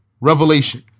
revelation